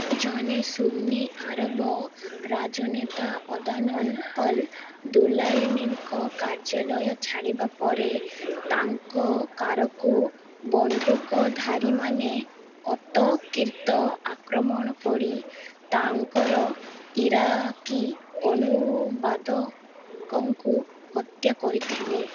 ଜନେ ସୁନ୍ନି ଆରବ ରାଜନେତା ଅଦାନନ୍ ଅଲ୍ ଦୁଲାଇମିଙ୍କ କାର୍ଯ୍ୟାଳୟ ଛାଡ଼ିବା ପରେ ତାଙ୍କ କାରକୁ ବନ୍ଧୁକଧାରୀମାନେ ଅତର୍କିତ ଆକ୍ରମଣ କରି ତାଙ୍କର ଇରାକୀ ଅନୁବାଦକଙ୍କୁ ହତ୍ୟା କରିଥିଲେ